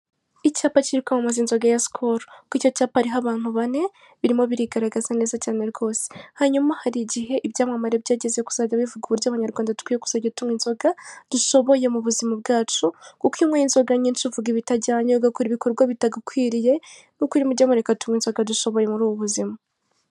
Icyapa kiri kwamamaza inzoga ya sikoru. Kuri icyo cyapa hariho abantu bane birimo birigaragaza neza cyane rwose. Hanyuma hari igihe ibyamamare byageze kuzajya bivuga uburyo abanyarwanda dukwiye kuzajya tunywa inzoga dushoboye mu buzima bwacu, kuko iyo unyweye inzoga nyinshi uvuga ibitajyanye, ugakora ibikorwa bitagukwiriye, ni ukuri mujye mureka tunywe inzoga dushoboye muri ubu buzima.